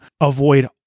avoid